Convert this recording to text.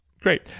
Great